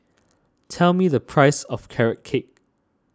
tell me the price of Carrot Cake